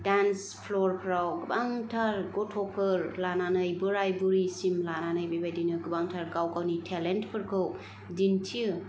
dance प्लरफ्राव गोबांथार गथ'फोर लानानै बोराय बुरैसिम लानानै बिबायदिनो गोबांथार गाव गावनि थेलेनथफोरखौ दिनथियो